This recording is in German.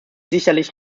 sicherlich